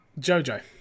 Jojo